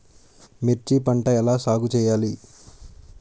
మిర్చి పంట ఎలా సాగు చేయాలి?